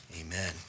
amen